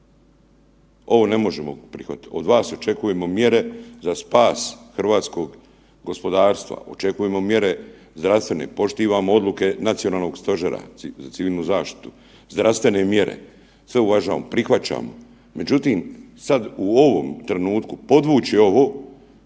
Ovo ne možemo prihvatiti. Od vas očekujemo mjere za spas hrvatskog gospodarstva, očekujemo mjere zdravstvene, poštivamo odluke Nacionalnog stožera za civilnu zaštitu, zdravstvene mjere, sve uvažavamo, prihvaćamo, međutim, sad u ovom trenutku podvući ovo